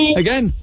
again